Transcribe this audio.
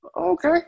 Okay